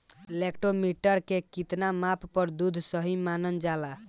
Lactometer के कितना माप पर दुध सही मानन जाला?